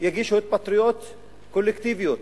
יגישו התפטרויות קולקטיביות